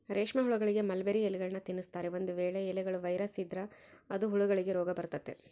ರೇಷ್ಮೆಹುಳಗಳಿಗೆ ಮಲ್ಬೆರ್ರಿ ಎಲೆಗಳ್ನ ತಿನ್ಸ್ತಾರೆ, ಒಂದು ವೇಳೆ ಎಲೆಗಳ ವೈರಸ್ ಇದ್ರ ಅದು ಹುಳಗಳಿಗೆ ರೋಗಬರತತೆ